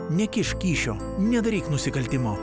nekišk kyšio nedaryk nusikaltimo